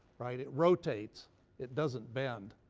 right? it rotates it doesn't bend.